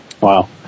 Wow